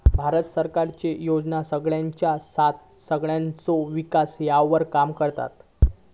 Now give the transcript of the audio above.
भारत सरकारचे योजना सगळ्यांची साथ सगळ्यांचो विकास ह्यावर काम करता